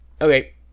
okay